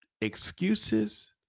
excuses